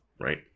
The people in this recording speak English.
right